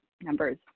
numbers